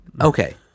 okay